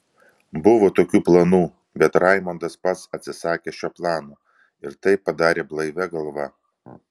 buvo tokių planų bet raimondas pats atsisakė šio plano ir tai padarė blaivia galva